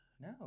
No